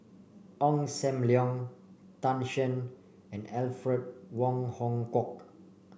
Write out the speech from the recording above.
Ong Sam Leong Tan Shen and Alfred Wong Hong Kwok